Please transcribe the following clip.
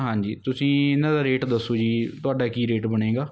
ਹਾਂਜੀ ਤੁਸੀਂ ਇਹਨਾਂ ਦਾ ਰੇਟ ਦੱਸੋ ਜੀ ਤੁਹਾਡਾ ਕੀ ਰੇਟ ਬਣੇਗਾ